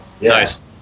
Nice